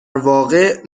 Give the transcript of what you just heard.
واقع